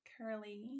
Curly